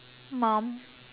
mum